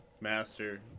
Master